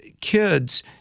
kids